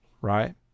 right